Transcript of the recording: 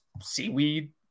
seaweed